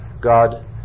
God